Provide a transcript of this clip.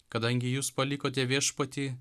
kadangi jūs palikote viešpatį